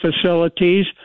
facilities